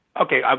Okay